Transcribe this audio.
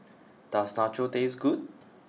does Nachos taste good